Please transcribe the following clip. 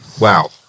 Wow